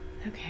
Okay